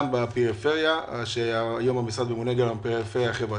בפריפריה כי המשרד ממונה היום גם על הפריפריה החברתית.